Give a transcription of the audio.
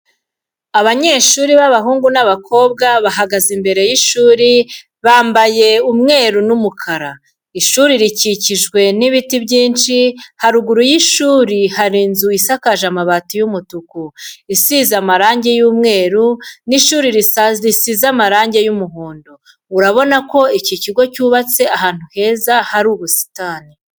Abanyeshuri b'abahungu n'abakobwa bahagaze imbere y'ishuri bambaye umweru n'umukara, ishuri rikikijwe n'ibiti byinshi haruguru y'ishuri hari inzu isakaje amabati y'umutuku isize amarangi y'umweru n'ishuri risize amarangi y'umuhondo, urabona ko iki kigo cyubatse ahantu heza hari ubusitani.